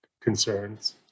concerns